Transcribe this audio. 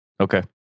Okay